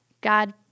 God